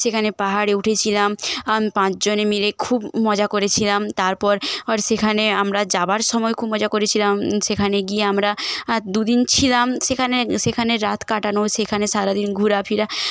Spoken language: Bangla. সেখানে পাহাড়ে উঠেছিলাম পাচঁজনে মিলে খুব মজা করেছিলাম তারপর সেখানে আমরা যাবার সময় খুব মজা করেছিলাম সেখানে গিয়ে আমরা দুদিন ছিলাম সেখানে সেখানে রাত কাটানো সেখানে সারাদিন ঘোরা ফেরা